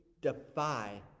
defy